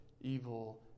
evil